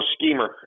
schemer